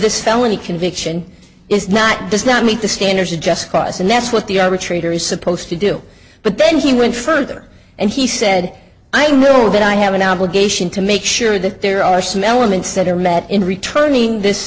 this felony conviction is not does not meet the standards of just cause and that's what the arbitrator is supposed to do but then he went further and he said i'm a little bit i have an obligation to make sure that there are some elements that are met in returning this